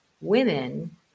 women